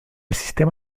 sistema